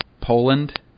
Poland